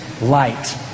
light